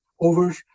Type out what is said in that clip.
over